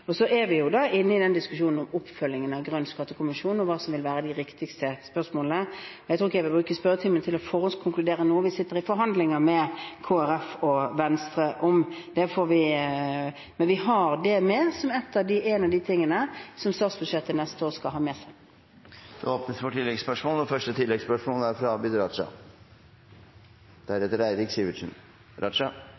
inne i diskusjonen om oppfølgingen av Grønn skattekommisjon og hva som vil være de viktigste spørsmålene. Jeg tror ikke jeg vil bruke spørretimen til å forhåndskonkludere noe vi sitter i forhandlinger med Kristelig Folkeparti og Venstre om, men vi har det som en av de tingene statsbudsjettet neste år skal ha med seg. Det åpnes for oppfølgingsspørsmål – først Abid Q. Raja. Fra